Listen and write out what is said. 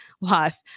life